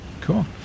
cool